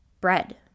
bread